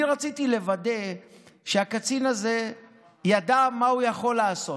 אני רציתי לוודא שהקצין הזה ידע מה הוא יכול לעשות,